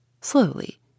slowly